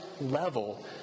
level